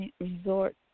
resort